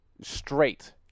Straight